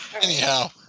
Anyhow